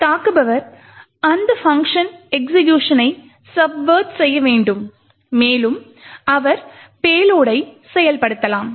தாக்குபவர் அந்த பங்க்ஷன் எக்ஸிகியூக்ஷனை சப்வேர்ட் செய்ய வேண்டும் மேலும் அவர் பேலோடை செயல்படுத்தலாம்